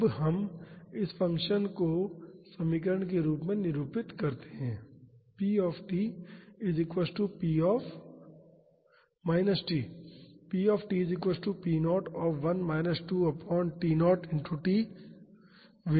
अब हम इस फंक्शन को एक समीकरण के रूप में निरूपित कर सकते हैं